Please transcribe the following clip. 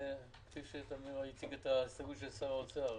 כפי שתמיר הציג את ההסתייגות שר האוצר,